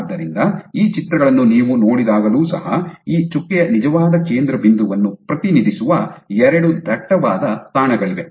ಆದ್ದರಿಂದ ಈ ಚಿತ್ರಗಳನ್ನು ನೀವು ನೋಡಿದಾಗಲೂ ಸಹ ಈ ಚುಕ್ಕೆಯ ನಿಜವಾದ ಕೇಂದ್ರ ಬಿಂದುವನ್ನು ಪ್ರತಿನಿಧಿಸುವ ಎರಡು ದಟ್ಟವಾದ ತಾಣಗಳಿವೆ